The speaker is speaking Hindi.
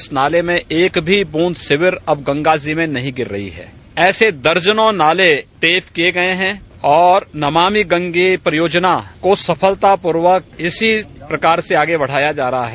इस नाले में एक भी बूंद सीवर अब गंगाजी में नहीं गिर रहा हैं ऐसे दर्जनों नाले टेप किये गये है और नमामि गंगे परियोजना को सफलतापूर्वक इसी प्रकार से आग बढ़ाया जा रहा है